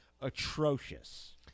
atrocious